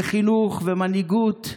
וחינוך ומנהיגות.